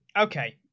okay